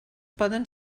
poden